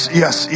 yes